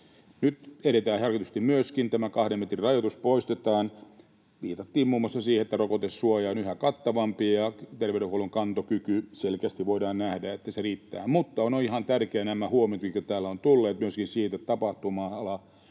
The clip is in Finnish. nyt edetään harkitusti: tämä kahden metrin rajoitus poistetaan. Viitattiin muun muassa siihen, että rokotesuoja on yhä kattavampi ja terveydenhuollon kantokyky — selkeästi voidaan nähdä, että se riittää. Mutta ovat ihan tärkeitä nämä huomiot, mitkä täällä ovat tulleet myöskin siitä, että tapahtuma-ala,